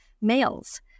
males